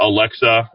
Alexa